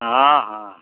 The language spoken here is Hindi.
हाँ हाँ